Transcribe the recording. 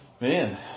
Man